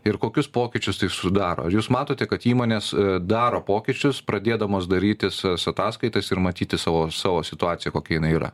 ir kokius pokyčius tai sudaro ar jūs matote kad įmonės daro pokyčius pradėdamos darytis tas ataskaitas ir matyti savo savo situaciją kokia jinai yra